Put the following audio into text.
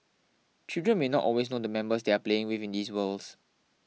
children may not always know the members they are playing with in these worlds